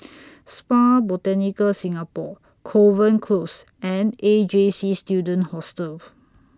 Spa Botanica Singapore Kovan Close and A J C Student Hostel